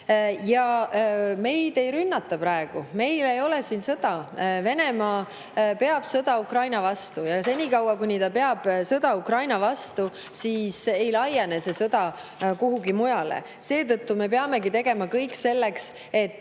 Meid ei rünnata praegu. Meil ei ole siin sõda. Venemaa peab sõda Ukraina vastu ja senikaua, kui ta peab sõda Ukraina vastu, ei laiene see sõda kuhugi mujale. Seetõttu me peamegi tegema kõik selleks –